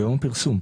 מיום הפרסום.